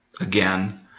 Again